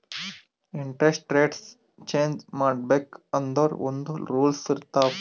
interest rates change ಮಾಡ್ಬೇಕ್ ಅಂದುರ್ ಒಂದ್ ರೂಲ್ಸ್ ಇರ್ತಾವ್